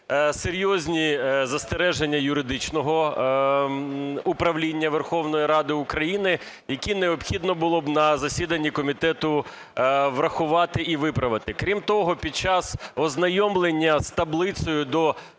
серйозні застереження Юридичного управління Верховної Ради України, які необхідно було б на засіданні комітету врахувати і виправити. Крім того, під час ознайомлення з таблицею до